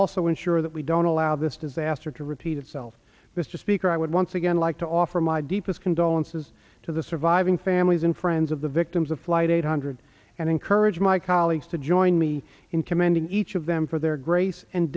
also ensure that we don't allow this disaster to repeat itself mr speaker i would once again like to offer my deepest condolences to the surviving families and friends of the victims of flight eight hundred and encourage my colleagues to join me in commending each of them for their grace and